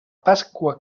pasqua